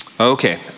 Okay